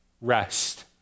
Rest